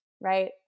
right